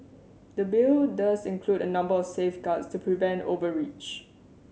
the Bill does include a number of safeguards to prevent overreach